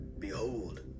Behold